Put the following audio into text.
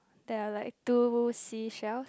there are like two seashells